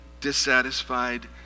dissatisfied